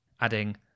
adding